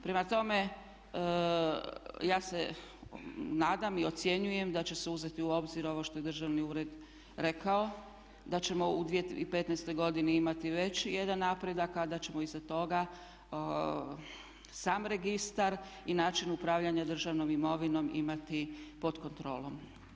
Prema tome, ja se nadam i ocjenjujem da će se uzeti u obzir ovo što je Državni ured rekao da ćemo u 2015. godini imati veći jedan napredak, a da ćemo iza toga sam registar i način upravljanja državnom imovinom imati pod kontrolom.